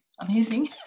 amazing